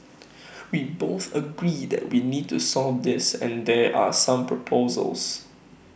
we both agree that we need to solve this and there are some proposals